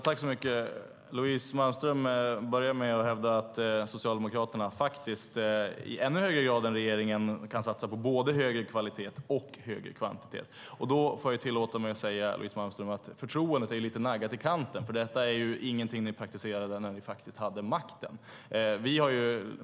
Herr talman! Louise Malmström börjar med att hävda att Socialdemokraterna i ännu högre grad än regeringen kan satsa på både högre kvalitet och högre kvantitet. Då får jag tillåta mig att säga, Louise Malmström, att förtroendet är lite naggat i kanten, för detta är inget som ni praktiserade när ni faktiskt hade makten.